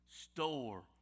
Store